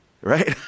Right